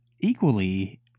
Equally